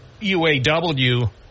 UAW